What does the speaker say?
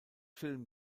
film